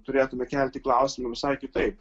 turėtume kelti klausimą visai kitaip